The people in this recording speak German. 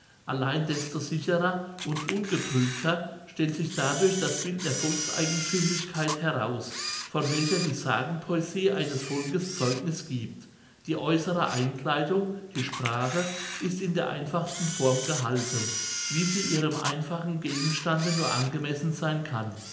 allein desto sicherer und ungetrübter stellt sich dadurch das bild der volkseigenthümlichkeit heraus von welcher die sagenpoesie eines volkes zeugniß giebt die äußere einkleidung die sprache ist in der einfachsten form gehalten wie sie ihrem einfachen gegenstande nur angemessen seyn kann